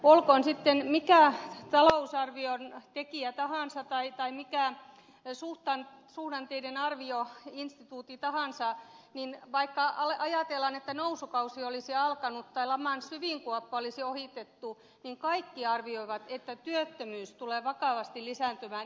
olkoon sitten mikä talousarvion tekijä tahansa tai mikä suhdanteiden arvioinstituutti tahansa niin vaikka ajatellaan että nousukausi olisi alkanut tai laman syvin kuoppa olisi ohitettu niin kaikki arvioivat että työttömyys tulee vakavasti lisääntymään ensi vuonna